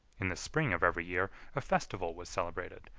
in the spring of every year a festival was celebrated,